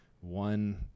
one